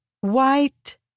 white